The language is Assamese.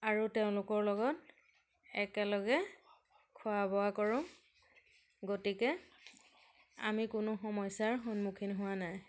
আৰু তেওঁলোকৰ লগত একেলগে খোৱা বোৱা কৰোঁ গতিকে আমি কোনো সমস্যাৰ সন্মুখীন হোৱা নাই